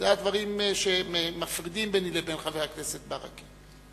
זה מהדברים שמפרידים ביני לבין חבר הכנסת ברכה.